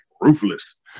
ruthless